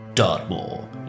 Dartmoor